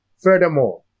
Furthermore